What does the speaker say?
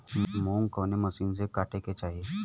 मूंग कवने मसीन से कांटेके चाही?